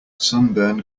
sunburn